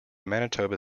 manitoba